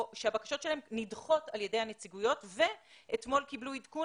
או שהבקשות שלהם נדחות על ידי הנציגויות ואתמול קיבלו עדכון